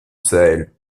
sahel